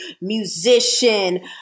musician